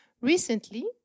Recently